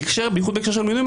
בייחוד בהקשר של מינויים,